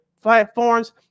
Platforms